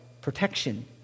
protection